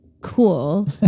cool